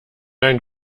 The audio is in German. ein